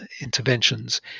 interventions